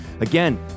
Again